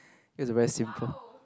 it's a very simple